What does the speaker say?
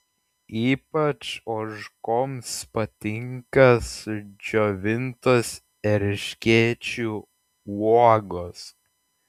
ypač ožkoms patinka sudžiovintos erškėčių uogos